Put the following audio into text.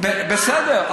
בסדר.